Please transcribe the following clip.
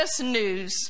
news